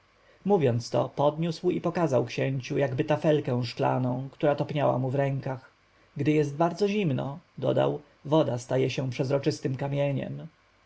mówiąc to podniósł i pokazał księciu jakby tafelkę szklaną która topniała mu w rękach gdy jest bardzo zimno dodał woda staje się przezroczystym kamieniem